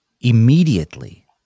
Immediately